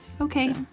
Okay